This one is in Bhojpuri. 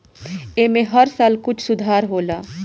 ऐमे हर साल कुछ सुधार होला